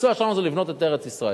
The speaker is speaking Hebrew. המקצוע שלנו זה לבנות את ארץ-ישראל.